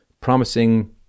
promising